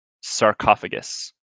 sarcophagus